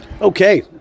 Okay